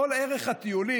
כל ערך הטיולים.